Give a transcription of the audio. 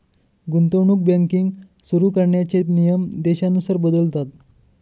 गुंतवणूक बँकिंग सुरु करण्याचे नियम देशानुसार बदलतात